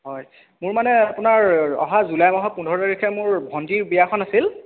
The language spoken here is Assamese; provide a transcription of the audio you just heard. হয় মোৰ মানে আপোনাৰ অহা জুলাই মাহৰ পোন্ধৰ তাৰিখে মোৰ ভণ্টিৰ বিয়াখন আছিল